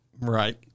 right